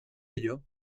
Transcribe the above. ello